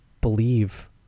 believe